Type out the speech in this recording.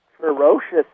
ferocious